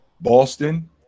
Boston